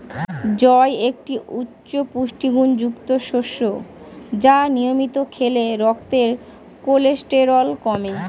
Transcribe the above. জই একটি উচ্চ পুষ্টিগুণযুক্ত শস্য যা নিয়মিত খেলে রক্তের কোলেস্টেরল কমে